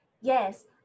Yes